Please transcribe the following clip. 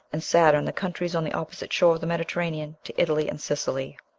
and saturn the countries on the opposite shore of the mediterranean to italy and sicily.